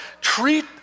Treat